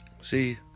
See